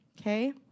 okay